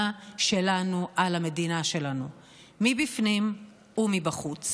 שלנו על המדינה שלנו מבפנים ומבחוץ.